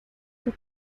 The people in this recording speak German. oder